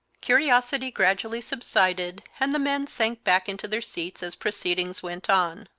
curiosity gradually subsided, and the men sank back into their seats as proceedings went on.